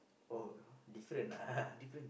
oh different ah